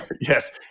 Yes